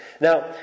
Now